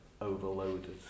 overloaded